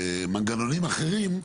למנגנונים אחרים,